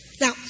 Now